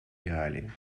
реалии